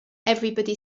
everybody